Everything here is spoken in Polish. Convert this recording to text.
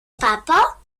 papo